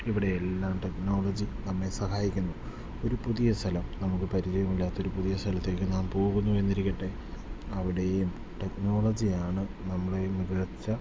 ഇവിടെയെല്ലാം ടെക്നോളജി നമ്മേ സഹായിക്കുന്നു ഒരു പുതിയ സ്ഥലം നമുക്ക് പരിചയമില്ലാത്ത ഒരു പുതിയ സ്ഥലത്തേക്ക് നാം പോകുന്നൂ എന്നിരിക്കട്ടെ അവിടെയും ടെക്നോളജി ആണ് നമ്മളെ മികച്ച